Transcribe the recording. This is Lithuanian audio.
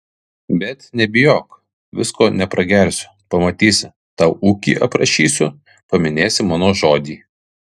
bet nebijok visko nepragersiu pamatysi tau ūkį aprašysiu paminėsi mano žodį